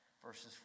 Verses